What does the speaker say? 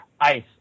ice